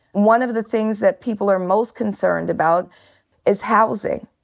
one of the things that people are most concerned about is housing.